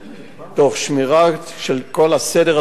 תוך שמירה של כל הסדר הציבורי.